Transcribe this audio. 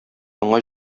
моңа